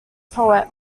poet